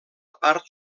part